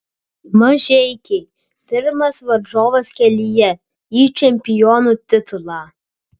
mažeikiai pirmas varžovas kelyje į čempionų titulą